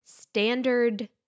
Standard